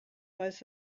was